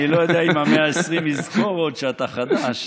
אני לא יודע אם ה-120 עוד יזכור שאתה חדש.